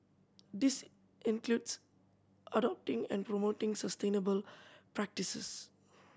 this includes adopting and promoting sustainable practices